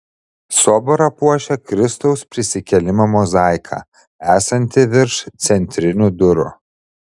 soborą puošia kristaus prisikėlimo mozaika esanti virš centrinių durų